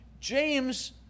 James